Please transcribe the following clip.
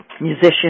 musician